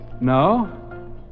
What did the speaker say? No